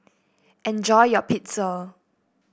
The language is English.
enjoy your Pizza